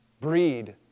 breed